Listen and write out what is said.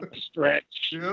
stretch